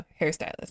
hairstylist